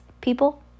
people